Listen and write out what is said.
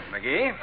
McGee